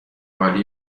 عالی